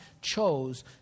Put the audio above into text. chose